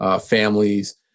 families